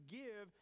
give